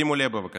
שימו לב, בבקשה,